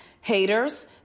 haters